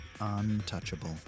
Untouchable